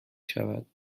شود